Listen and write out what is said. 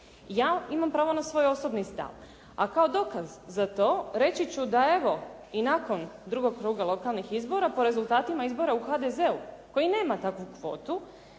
Ja imam pravo na svoj osobni stav, a kao dokaz za to reći ću da evo, i nakon drugog kruga lokalnih izbora po rezultatima izbora u HDZ-u koji nema takvu kvotu